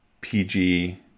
PG